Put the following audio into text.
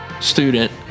student